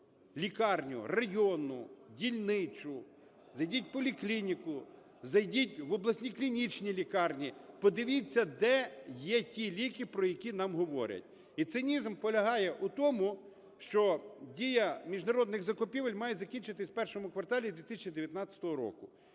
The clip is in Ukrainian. лікарню, районну, дільничну, зайдіть в поліклініку, зайдіть в обласні клінічні лікарні, подивіться, де є ті ліки, про які нам говорять. І цинізм полягає у тому, що дія міжнародних закупівель має закінчитись в першому кварталі 2019 року.